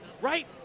right